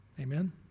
Amen